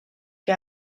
que